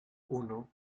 uno